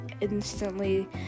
instantly